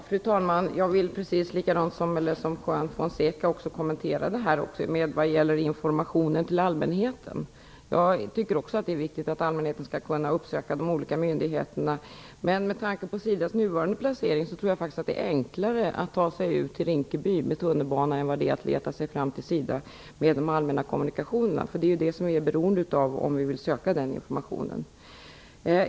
Fru talman! Precis som Juan Fonseca vill jag kommentera detta med informationen till allmänheten. Jag tycker också att det är viktigt att allmänheten skall kunna uppsöka de olika myndigheterna. Men med tanke på SIDA:s nuvarande placering tror jag faktiskt att det är enklare att ta sig ut till Rinkeby med tunnelbanan än vad det är att leta sig fram till SIDA med de allmänna kommunikationerna. Vi är ju beroende av detta om vi vill söka information.